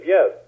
Yes